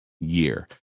year